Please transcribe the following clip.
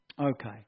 Okay